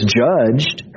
judged